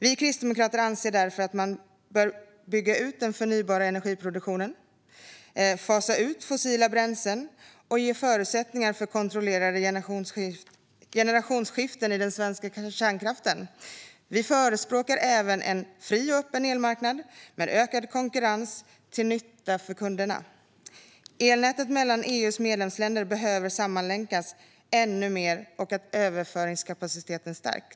Vi kristdemokrater anser därför att man bör bygga ut den förnybara energiproduktionen, fasa ut fossila bränslen och ge förutsättningar för kontrollerade generationsskiften i den svenska kärnkraften. Vi förespråkar även en fri och öppen elmarknad med ökad konkurrens, till nytta för kunderna. Elnäten i EU:s medlemsländer behöver sammanlänkas ännu mer, så att överföringskapaciteten stärks.